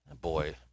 Boy